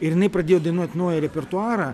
ir jinai pradėjo dainuot naują repertuarą